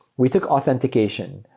we took authentication.